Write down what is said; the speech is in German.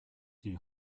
die